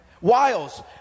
Wiles